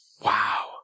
Wow